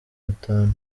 batanu